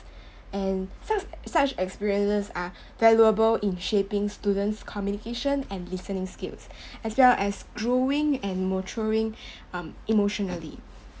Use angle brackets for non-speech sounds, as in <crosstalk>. <breath> and such such experiences are valuable in shaping students' communication and listening skills as well as growing and maturing um emotionally